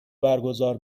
برگزار